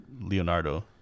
Leonardo